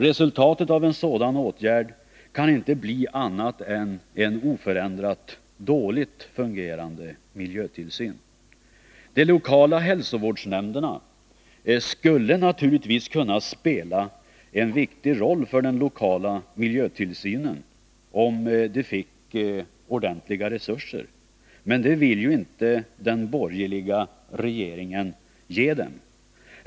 Resultatet av en sådan åtgärd kan inte bli annat än en oförändrat dåligt fungerande miljötillsyn. De lokala hälsovårdsnämnderna skulle naturligtvis kunna spela en viktig roll för den lokala miljötillsynen om de fick ordentliga resurser. Men det vill ju inte den borgerliga regeringen ge dem.